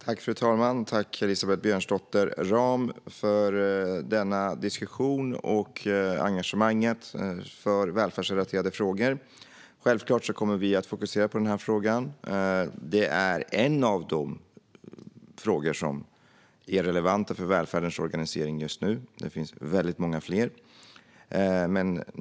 Fru ålderspresident! Tack, Elisabeth Björnsdotter Rahm, för denna diskussion och för engagemanget i välfärdsrelaterade frågor! Självklart kommer vi att fokusera på denna fråga. Det är en av de frågor som är relevanta för välfärdens organisering just nu - det finns väldigt många fler.